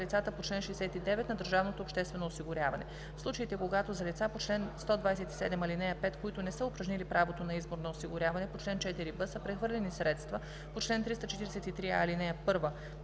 лицата по чл. 69“, на държавното обществено осигуряване; в случаите, когато за лица по чл. 127, ал. 5, които не са упражнили правото на избор на осигуряване по чл. 4б, са прехвърлени средства по чл. 343а, ал. 1,